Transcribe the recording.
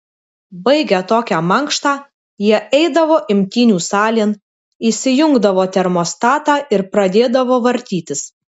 baigę tokią mankštą jie eidavo imtynių salėn įsijungdavo termostatą ir pradėdavo vartytis